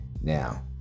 Now